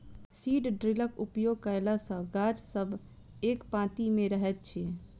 seed ड्रिलक उपयोग कयला सॅ गाछ सब एक पाँती मे रहैत छै